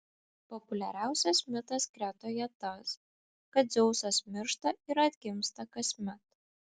populiariausias mitas kretoje tas kad dzeusas miršta ir atgimsta kasmet